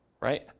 Right